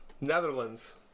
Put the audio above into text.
Netherlands